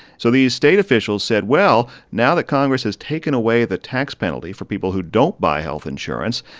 so these state officials said, well, now that congress has taken away the tax penalty for people who don't buy health insurance,